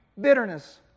bitterness